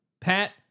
Pat